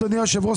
אדוני היושב-ראש,